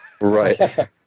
Right